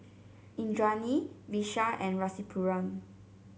Indranee Vishal and Rasipuram